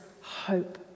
hope